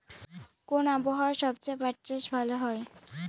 কোন আবহাওয়ায় সবচেয়ে পাট চাষ ভালো হয়?